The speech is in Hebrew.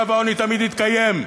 קו העוני תמיד יתקיים.